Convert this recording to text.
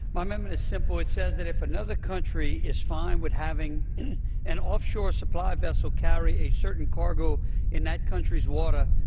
my amendment is simple. it says if another country is fine with having an offshore supply vessel carry a certain cargo in that country's water,